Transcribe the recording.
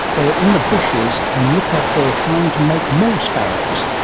they were in the bushes, and looked like they were trying to make more sparrows.